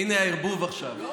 הינה הערבוב עכשיו.